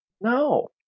No